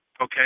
Okay